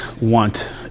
want